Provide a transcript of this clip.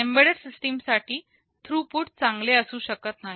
embedded system साठी throughput चांगले असू शकत नाही